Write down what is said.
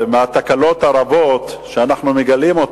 מהתקלות הרבות שאנחנו מגלים,